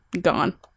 gone